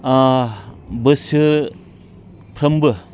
बोसोरफ्रोमबो